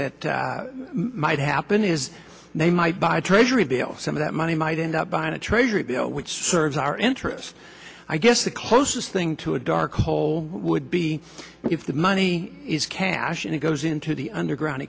that might happen is they might buy treasury bills some of that money might end up buying a treasury which serves our interest i guess the closest thing to a dark hole would be if the money is cash and it goes into the underground